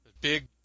Big